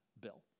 bill